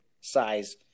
size